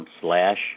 slash